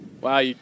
Wow